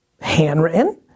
handwritten